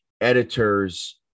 editors